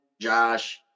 Josh